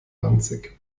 ranzig